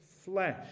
Flesh